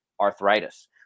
arthritis